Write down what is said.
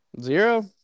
Zero